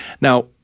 Now